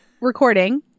recording